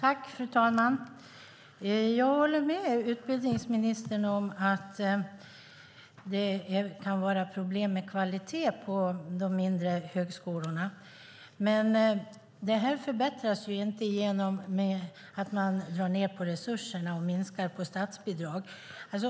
Fru talman! Jag håller med utbildningsministern om att det kan vara problem med kvaliteten på de mindre högskolorna. Men den förbättras ju inte genom att man drar ned på resurserna och minskar statsbidragen.